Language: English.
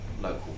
local